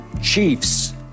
chiefs